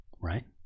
right